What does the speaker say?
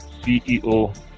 CEO